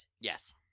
Yes